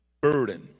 burden